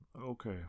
Okay